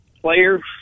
players